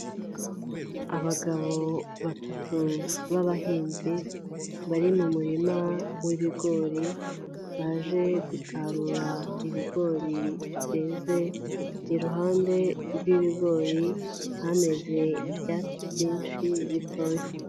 Abagabo batatu b'abahinzi bari mu murima w'ibigori, baje gusarura ibigori byeze iruhande rw'ibigori hameze ibyatsi byinshi bitoya.